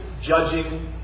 judging